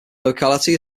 locality